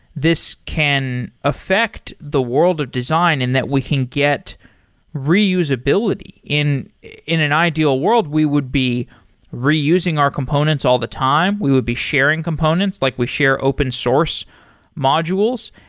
this can affect the world of design and that we can get reusability. in in an ideal world, we would be reusing our components all the time. we would be sharing components like we share open-source modules.